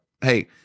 Hey